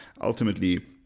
ultimately